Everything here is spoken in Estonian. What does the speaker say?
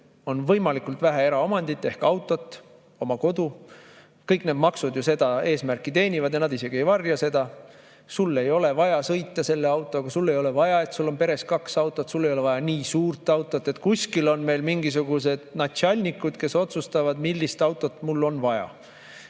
on] autosid ja [inimestel ei ole] oma kodu. Kõik need maksud ju seda eesmärki teenivad ja nad isegi ei varja seda. "Sul ei ole vaja sõita selle autoga, sul ei ole vaja, et sul on peres kaks autot, sul ei ole vaja nii suurt autot!" Kuskil on meil mingisugused natšalnikud, kes otsustavad, millist autot mul on vaja.